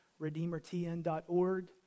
RedeemerTN.org